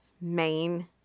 main